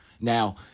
Now